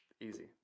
easy